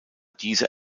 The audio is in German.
diese